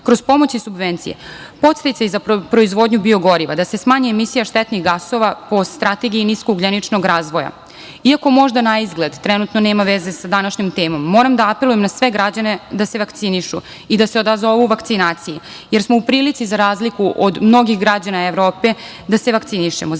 kroz pomoć i subvencije, podsticaj za proizvodnju biogoriva da se smanji emisija štetnih gasova po strategiji niskog ugljeničnog razvoja, iako možda na izgled trenutno nema veze sa današnjom temom, moram da apelujem na sve građane da se vakcinišu i da se odazovu vakcinaciji, jer smo u prilici za razliku od mnogih građana Evrope da se vakcinišemo,